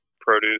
produce